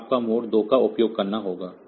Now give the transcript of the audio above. तो आपको मोड 2 का उपयोग करना होगा